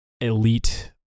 elite